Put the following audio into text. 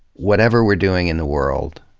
whatever we're doing in the world,